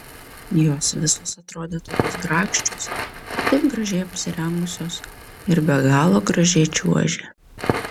jos visos atrodė tokios grakščios taip gražiai apsirengusios ir be galo gražiai čiuožė